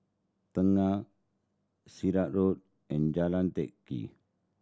Tengah Sirat Road and Jalan Teck Kee